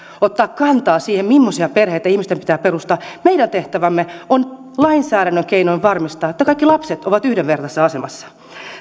ottaa kantaa siihen mimmoisia perheitä ihmisten pitää perustaa meidän tehtävämme on lainsäädännön keinoin varmistaa että kaikki lapset ovat yhdenvertaisessa asemassa